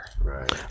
Right